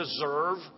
deserve